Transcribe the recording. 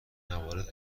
موارد